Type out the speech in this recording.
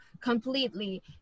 completely